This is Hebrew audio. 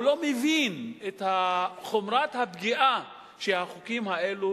הוא לא מבין את חומרת הפגיעה שהחוקים האלה